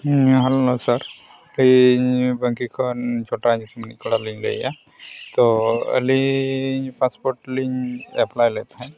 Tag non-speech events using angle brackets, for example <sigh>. ᱦᱮᱸ ᱟᱹᱞᱤᱧ ᱵᱟᱝᱠᱤ ᱠᱷᱚᱱ ᱪᱷᱚᱴᱟ <unintelligible> ᱠᱚᱲᱟ ᱞᱤᱧ ᱞᱟᱹᱭᱮᱫᱼᱟ ᱛᱳ ᱟᱹᱞᱤᱧ ᱞᱤᱧ ᱞᱮᱫ ᱛᱟᱦᱮᱸᱫ